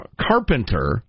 Carpenter